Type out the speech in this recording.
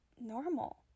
normal